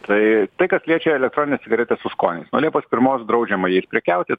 tai tai kas leičia elektronines cigaretes su skoniais nuo liepos pirmos draudžiama jais prekiauti